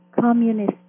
communist